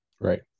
Right